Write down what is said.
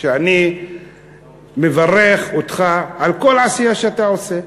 אני מברך אותך על כל עשייה שאתה עושה,